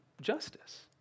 justice